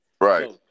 Right